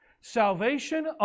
Salvation